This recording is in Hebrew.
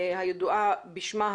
הידועה בשמה,